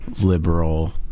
liberal